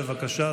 בבקשה,